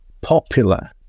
popular